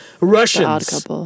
Russians